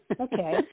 Okay